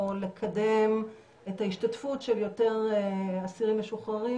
לקדם את ההשתתפות של יותר אסירים משוחררים